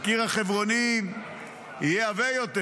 הקיר החברוני יהיה עבה יותר.